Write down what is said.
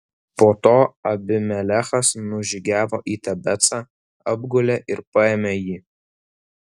po to abimelechas nužygiavo į tebecą apgulė ir paėmė jį